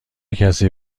کسی